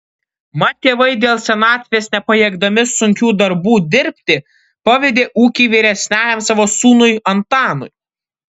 mat tėvai dėl senatvės nepajėgdami sunkių darbų dirbti pavedė ūkį vyresniajam savo sūnui antanui